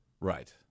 Right